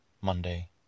Monday